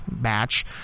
match